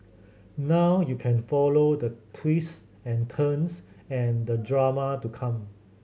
now you can follow the twist and turns and the drama to come